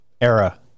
era